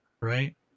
Right